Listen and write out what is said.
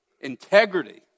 integrity